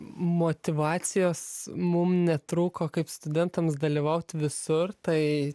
motyvacijos mum netrūko kaip studentams dalyvaut visur tai